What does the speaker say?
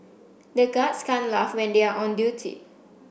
the guards can't laugh when they are on duty